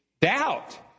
Doubt